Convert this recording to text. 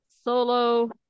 Solo